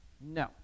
No